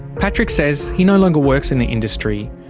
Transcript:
patrick says he no longer works in the industry,